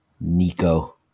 Nico